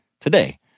today